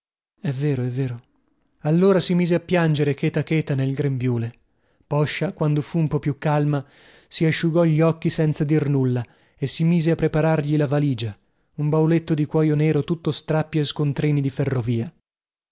è vero è vero allora si mise a piangere cheta cheta nel grembiule poscia quando fu un po più calma si asciugò gli occhi senza dir nulla e si mise a preparargli la valigia un bauletto di cuoio nero tutto strappi e scontrini di ferrovia